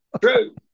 True